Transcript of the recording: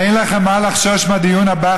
אין לכם מה לחשוש מהדיון הבא,